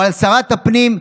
או על שרת הפנים,